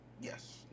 Yes